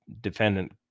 defendant